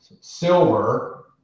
silver